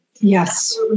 Yes